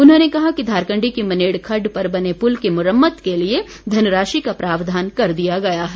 उन्होंने कहा कि धारकंडी की मनेड़ खड्ड पर बने पुल की मुरम्मत के लिए धनराशि का प्रावधान कर दिया गया है